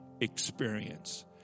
experience